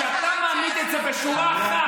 כשאתה מעמיד את זה בשורה אחת,